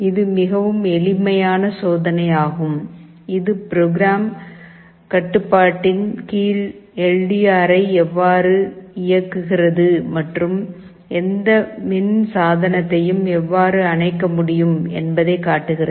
இது மிகவும் எளிமையான சோதனையாகும் இது ப்ரோக்ராம் கட்டுப்பாட்டின் கீழ் எல் டி ஆரை எவ்வாறு இயங்குகிறது மற்றும் எந்த மின் சாதனத்தையும் எவ்வாறு அணைக்க முடியும் என்பதைக் காட்டுகிறது